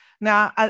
now